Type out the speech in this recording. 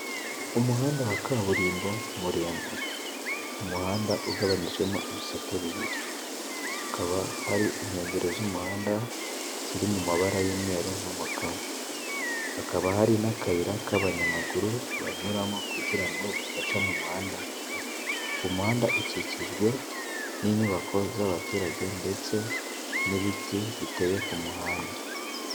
Umuhanda wa kaburimbo muremure, umuhanda ugabanijemo ibisate bibiri ,hakaba hari inkengero z'umuhanda ziri mu mabara y'umweru n'umukara ,hakaba hari n'akayira k'abanyamaguru banyuramo, kugira ngo badaca mu muhanda na hagati, umuhanda ukikijwe n'inyubako z'abaturage ndetse n'ibiti biteye ku muhanda.